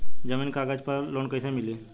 जमीन के कागज पर लोन कइसे मिली?